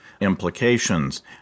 implications